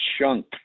chunk